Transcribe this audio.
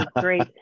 great